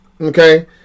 okay